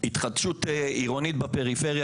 התחדשות עירונית בפריפריה,